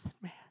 man